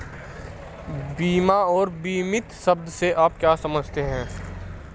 बीमा और बीमित शब्द से आप क्या समझते हैं?